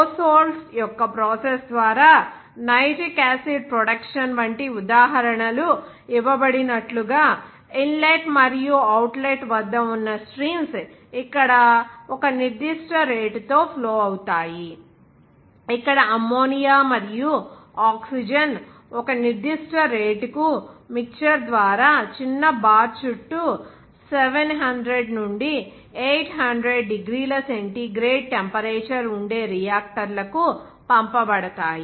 ఓస్వాల్డ్Oswald's యొక్క ప్రాసెస్ ద్వారా nitric acid production వంటి ఉదాహరణలు ఇవ్వబడినట్లుగా ఇన్లెట్ మరియు అవుట్లెట్ వద్ద ఉన్న స్ట్రీమ్స్ ఇక్కడ ఒక నిర్దిష్ట రేటుతో ఫ్లో అవుతాయి ఇక్కడ అమ్మోనియా మరియు ఆక్సిజన్ ఒక నిర్దిష్ట రేటుకు మిక్చర్ ద్వారా చిన్న బార్ చుట్టూ 700 నుండి 800 డిగ్రీల సెంటీగ్రేడ్ టెంపరేచర్ ఉండే రియాక్టర్ల కు పంపబడతాయి